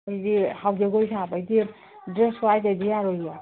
ꯑꯩꯗꯤ ꯍꯥꯎ ꯖꯒꯣꯏ ꯁꯥꯕꯩꯗꯤ ꯗ꯭ꯔꯦꯁ ꯋꯥꯏꯗꯗꯤ ꯌꯥꯔꯣꯏꯌꯦ